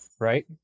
right